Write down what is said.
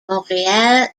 montreal